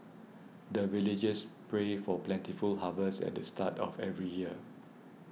the villagers pray for plentiful harvest at the start of every year